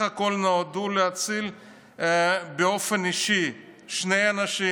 הכול נועדו להציל באופן אישי שני אנשים,